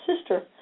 sister